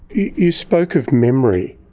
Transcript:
you spoke of memory,